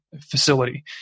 facility